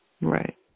Right